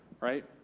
right